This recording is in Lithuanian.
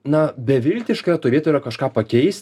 na beviltiška toj vietoj yra kažką pakeist